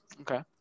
Okay